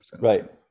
Right